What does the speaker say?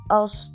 als